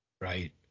Right